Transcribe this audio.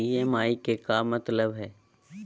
EMI के का मतलब हई?